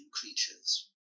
creatures